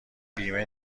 بیمه